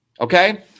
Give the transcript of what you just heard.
okay